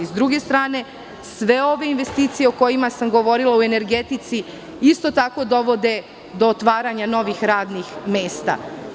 Sa druge strane, sve ove investicije o kojima sam govorila, u energetici isto tako dovode do otvaranja novih radnih mesta.